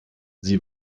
sie